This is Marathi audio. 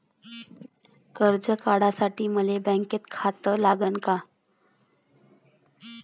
कर्ज काढासाठी मले बँकेत खातं लागन का?